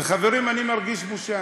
וחברים, אני מרגיש בושה.